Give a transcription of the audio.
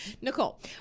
Nicole